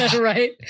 Right